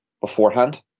beforehand